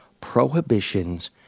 prohibitions